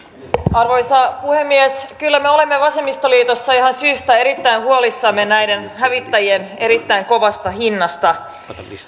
arvoisa puhemies kyllä me olemme vasemmistoliitossa ihan syystä erittäin huolissamme näiden hävittäjien erittäin kovasta hinnasta